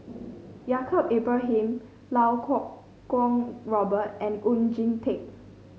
Yaacob Ibrahim Lau Kuo Kwong Robert and Oon Jin Teik